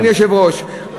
אדוני היושב-ראש,